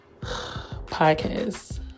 podcast